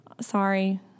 Sorry